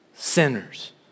Sinners